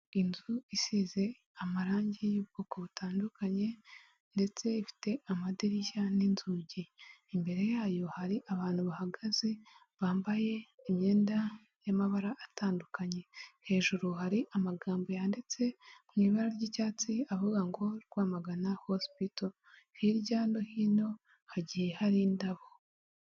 Inzu isize amarangi y'ubwoko butandukanye, ndetse ifite amadirishya n'inzugi, imbere yayo hari abantu bahagaze bambaye imyenda y'amabara atandukanye, hejuru hari amagambo yanditse mu ibara ry'icyatsi avuga ngo Rwamagana hosipito, hirya no hino hagiye hari indabo.